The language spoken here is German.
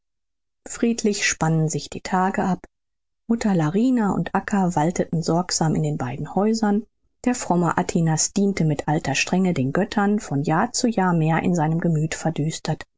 friedlich spannen sich die tage ab mutter larina und acca walteten sorgsam in den beiden häusern der fromme atinas diente mit alter strenge den göttern von jahr zu jahr mehr in seinem gemüth verdüstert